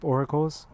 Oracles